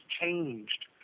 changed